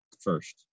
first